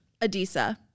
Adisa